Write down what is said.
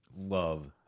love